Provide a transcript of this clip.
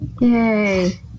Yay